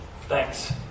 Thanks